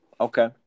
Okay